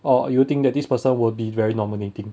or you think that this person will be very dominating